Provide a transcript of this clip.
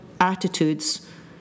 attitudes